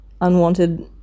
unwanted